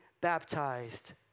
baptized